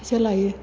फैसा लायो